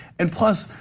and plus,